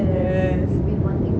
yes